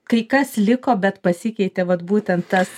kai kas liko bet pasikeitė vat būtent tas